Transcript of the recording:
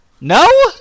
No